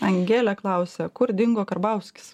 angelė klausia kur dingo karbauskis